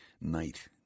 night